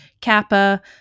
Kappa